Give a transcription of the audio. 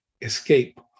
escape